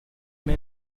mes